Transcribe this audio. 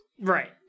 Right